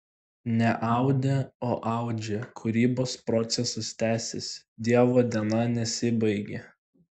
ne audė o audžia kūrybos procesas tęsiasi dievo diena nesibaigė